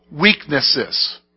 weaknesses